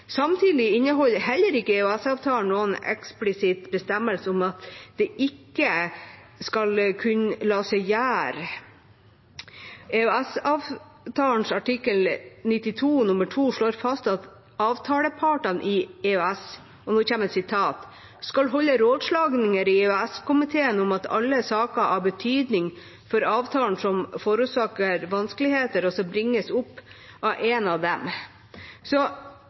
Samtidig inneholder heller ikke EØS-avtalen noen eksplisitt bestemmelse om at det ikke skal kunne la seg gjøre. EØS-avtalens artikkel 92 nr. 2 slår fast at avtalepartene i EØS «skal holde rådslagninger i EØS-komiteen om alle saker av betydning for avtalen som forårsaker vanskeligheter, og som bringes opp av en av dem».